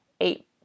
eight